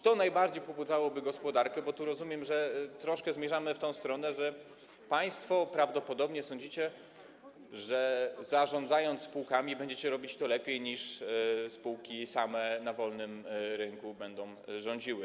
To najbardziej pobudzałoby gospodarkę, bo rozumiem, że troszkę zmierzamy w tę stronę, że państwo prawdopodobnie sądzicie, iż zarządzając spółkami, będziecie robić to lepiej, niż same spółki na wolnym rynku będą rządziły.